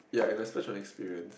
ya and I splurge on experience